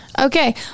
Okay